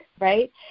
right